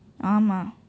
ஆமாம்:aamam